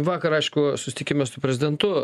vakar aišku susitikime su prezidentu